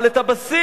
אבל את הבסיס,